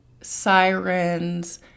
sirens